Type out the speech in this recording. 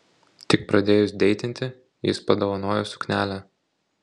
tik pradėjus deitinti jis padovanojo suknelę